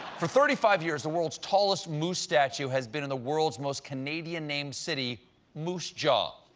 for thirty five years, the world's tallest moose statue has been in the world's most canadian-named city moose jaw.